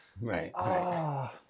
Right